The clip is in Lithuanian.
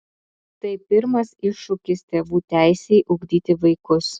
tai pirmas iššūkis tėvų teisei ugdyti vaikus